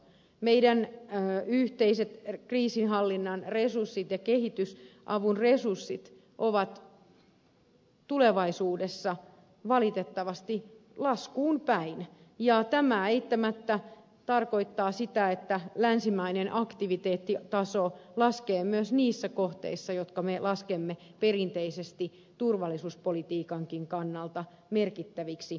meidän yhteiset kriisinhallinnan resurssimme ja kehitysavun resurssimme ovat tulevaisuudessa valitettavasti laskuun päin ja tämä eittämättä tarkoittaa sitä että länsimainen aktiviteettitaso laskee myös niissä kohteissa jotka me laskemme perinteisesti turvallisuuspolitiikankin kannalta merkittäviksi läsnäolon paikoiksi